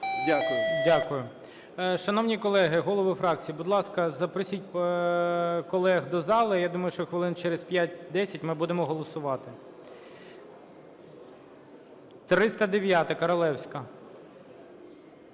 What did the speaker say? Дякую. Шановні колеги голови фракцій, будь ласка, запросіть колег до зали. Я думаю, що хвилин через 5-10 ми будемо голосувати. 309-а, Королевська.